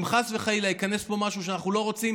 אם חס וחלילה ייכנס פה משהו שאנחנו לא רוצים,